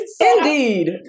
Indeed